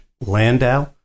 Landau